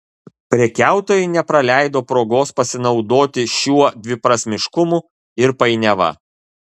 prekiautojai nepraleido progos pasinaudoti šiuo dviprasmiškumu ir painiava